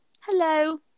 Hello